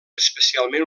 especialment